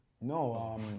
No